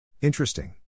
Interesting